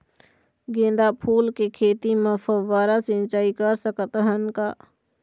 गेंदा फूल के खेती म फव्वारा सिचाई कर सकत हन का?